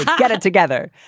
get it together.